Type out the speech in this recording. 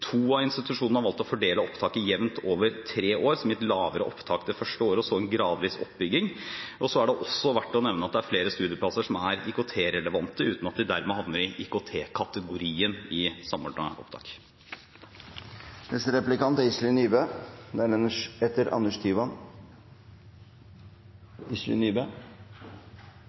To av institusjonene har valgt å fordele opptaket jevnt over tre år, som gir lavere opptak det første året og så en gradvis oppbygging. Det er også verdt å nevne at det er flere studieplasser som er IKT-relevante uten at de dermed havner i IKT-kategorien i Samordna opptak. Noe av det som studentene gir tilbakemelding om, er